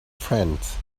friends